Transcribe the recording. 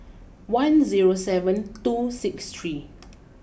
one zero seven two six three